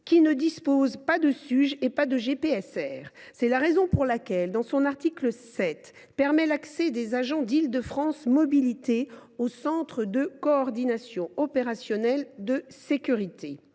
ne disposant ni de Suge ni de GPSR. C’est la raison pour laquelle l’article 7 permet l’accès d’agents d’Île de France Mobilités au centre de coordination opérationnelle de sécurité